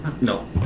No